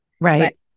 Right